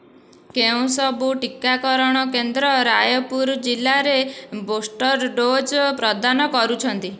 କେଉଁ ସବୁ ଟିକାକରଣ କେନ୍ଦ୍ର ରାୟପୁର ଜିଲ୍ଲାରେ ବୁଷ୍ଟର ଡୋଜ୍ ପ୍ରଦାନ କରୁଛନ୍ତି